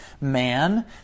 man